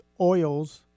oils